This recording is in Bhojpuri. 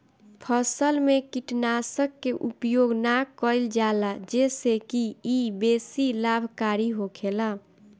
फसल में कीटनाशक के उपयोग ना कईल जाला जेसे की इ बेसी लाभकारी होखेला